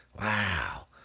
wow